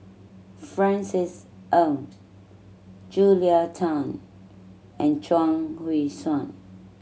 Francis Ng Julia Tan and Chuang Hui Tsuan